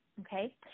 Okay